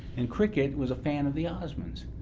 and cricket was a fan of the osmonds.